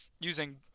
using